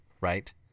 Right